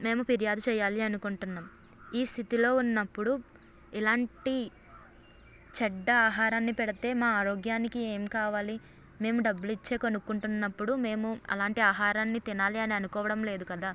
మేము ఫిర్యాదు చేయాలి అనుకుంటున్నాం ఈ స్థితిలో ఉన్నప్పుడు ఎలాంటి చెడ్డ ఆహారాన్ని పెడితే మా ఆరోగ్యానికి ఏమి కావాలి మేము డబ్బులు ఇచ్చే కొనుకుంటున్నపుడు మేము అలాంటి ఆహారాన్ని తినాలి అని అనుకోవడం లేదు కదా